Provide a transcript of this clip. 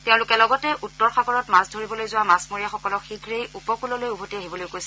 তেওঁলোকে লগতে উত্তৰ সাগৰত মাছ ধৰিবলৈ যোৱা মাছমৰীয়াসকলক শীঘ্ৰেই উপকূললৈ উভতি আহিবলৈ কৈছে